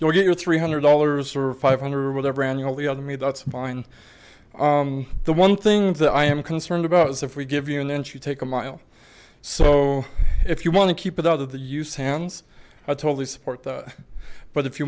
you'll get your three hundred dollars or five hundred or whatever annually under me that's fine the one thing that i am concerned about is if we give you an inch you take a mile so if you want to keep it out of the use hands i totally support that but if you